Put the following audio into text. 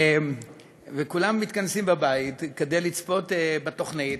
כולם מתכנסים בבית כדי לצפות בתוכנית.